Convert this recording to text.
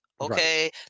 okay